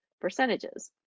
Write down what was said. percentages